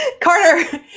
Carter